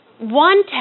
one